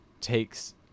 takes